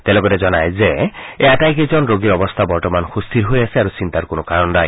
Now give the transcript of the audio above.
তেওঁ লগতে জনায় যে এই আটাইকেইজন ৰোগীৰ অৱস্থা বৰ্তমান সুস্থিৰ হৈ আছে আৰু চিন্তাৰ কোনো কাৰণ নাই